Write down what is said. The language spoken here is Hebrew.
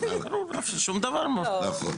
הלאה.